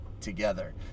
together